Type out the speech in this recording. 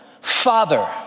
Father